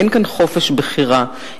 אין כאן חופש בחירה.